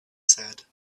said